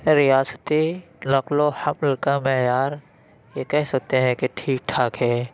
ریاستی نقل و حمل کا معیار یہ کہہ سکتے ہیں کہ ٹھیک ٹھاک ہے